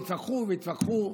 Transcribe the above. התווכחו והתווכחו,